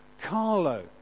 Carlo